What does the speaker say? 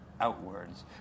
outwards